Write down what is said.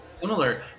similar